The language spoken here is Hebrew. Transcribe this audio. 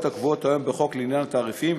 הקבועות היום בחוק לעניין תעריפים,